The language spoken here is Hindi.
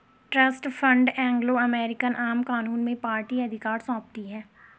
ट्रस्ट फण्ड एंग्लो अमेरिकन आम कानून में पार्टी अधिकार सौंपती है